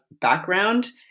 background